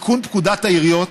תיקון פקודת העיריות,